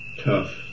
tough